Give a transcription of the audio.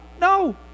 No